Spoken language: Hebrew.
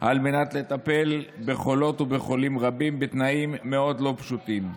על מנת לטפל בחולות ובחולים רבים בתנאים מאוד לא פשוטים.